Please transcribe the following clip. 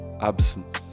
Absence